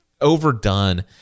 overdone